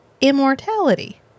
Immortality